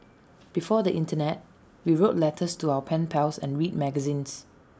before the Internet we wrote letters to our pen pals and read magazines